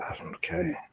Okay